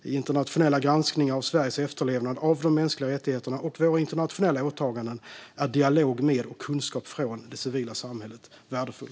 I internationella granskningar av Sveriges efterlevnad av de mänskliga rättigheterna och våra internationella åtaganden är dialog med och kunskap från det civila samhället värdefull.